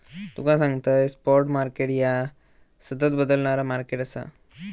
तुका सांगतंय, spot market ह्या सतत बदलणारा मार्केट आसा